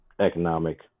economic